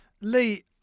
Lee